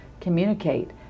communicate